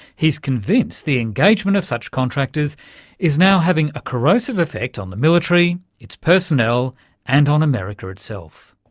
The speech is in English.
he's convinced the engagement of such contractors is now having a corrosive effect on the military, its personnel and on america itself.